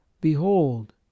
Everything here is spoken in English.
behold